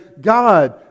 God